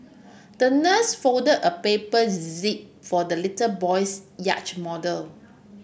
the nurse folded a paper zip for the little boy's yacht model